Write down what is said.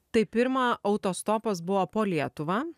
tai pirma autostopas buvo po lietuvą